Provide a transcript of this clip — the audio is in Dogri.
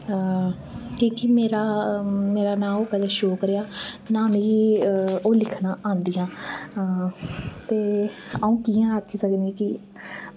की कि मेरा मेरा नां ओह् कदै शौक रेहा नां मिगी ओह् लिखना आंदियां ते आऊं कियां आक्खी सकनी की